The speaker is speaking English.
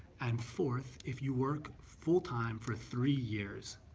and fourth, if you work full-time for three years.